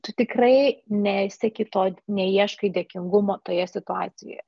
tu tikrai nesieki to ne ieškai dėkingumo toje situacijoje